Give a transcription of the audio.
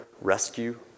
rescue